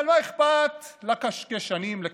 אבל לא אכפת לקשקשנים לקשקש.